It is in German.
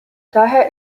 daher